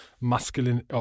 masculine